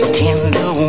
tender